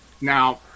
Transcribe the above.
Now